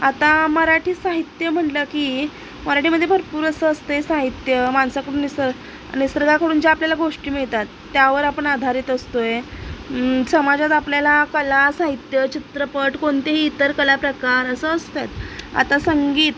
आता मराठी साहित्य म्हटलं की मराठीमध्ये भरपूर असं असतंय साहित्य माणसाकडून निसर निसर्गाकडून ज्या आपल्याला गोष्टी मिळतात त्यावर आपण आधारित असतोय समाजात आपल्याला कला साहित्य चित्रपट कोणतेही इतर कला प्रकार असं असतात आता संगीत